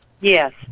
Yes